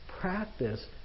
practice